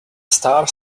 star